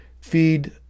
feed